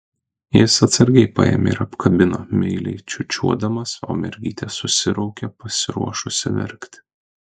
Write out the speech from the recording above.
jis atsargiai paėmė ir apkabino meiliai čiūčiuodamas o mergytė susiraukė pasiruošusi verkti